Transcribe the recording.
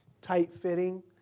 tight-fitting